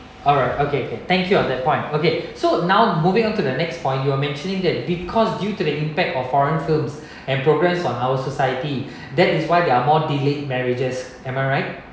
alright okay can thank you on that point okay so now moving on to the next point you were mentioning that because due to the impact of foreign films and progress on our society that is why they are more delayed marriages am I right